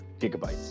gigabytes